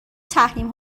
تحریم